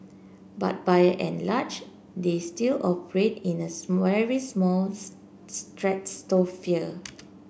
but by and large they still operate in a very small stratosphere